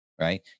right